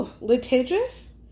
litigious